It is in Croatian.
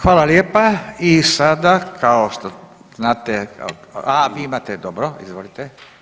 Hvala lijepa i sada kao što znate, aha vi imate dobro izvolite.